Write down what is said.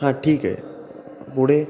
हां ठीक आहे पुढे